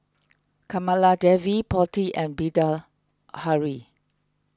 Kamaladevi Potti and Bilahari